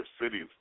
cities